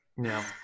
No